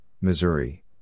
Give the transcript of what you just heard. Missouri